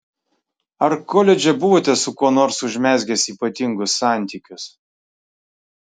ar koledže buvote su kuo nors užmezgęs ypatingus santykius